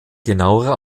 genauere